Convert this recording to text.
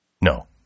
No